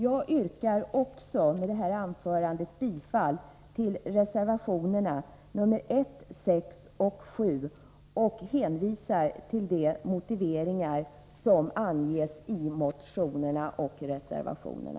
Jag yrkar också bifall till reservationerna nr 1, 6 och 7 och hänvisar till de motiveringar som anges i motionerna och reservationerna.